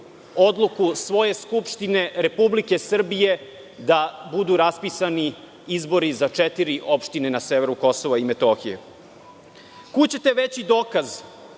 odluku svoje Skupštine Republike Srbije da budu raspisani izbori za četiri opštine na severu Kosova i Metohije. Kud ćete veći dokaz